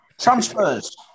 Transfers